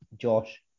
Josh